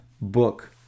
book